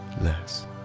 less